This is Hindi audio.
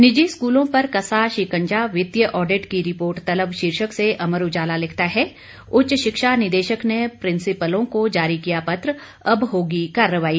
निजी स्कूलों पर कसा शिकंजा वित्तीय ऑडिट की रिपोर्ट तलब शीर्षक से अमर उजाला लिखता है उच्च शिक्षा निदेशक ने प्रिंसिपलों को जारी किया पत्र अब होगी कार्रवाई